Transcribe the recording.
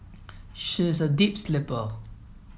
she is a deep sleeper